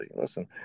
listen